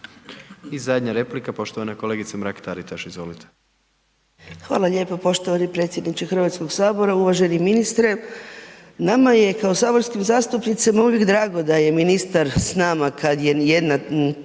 I zadnja replika, poštovana kolegica Mrak Taritaš, izvolite.